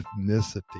ethnicity